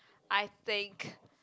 I think